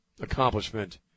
accomplishment